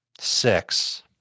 Six